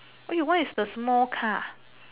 !oi! why is the small car